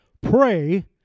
Pray